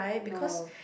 no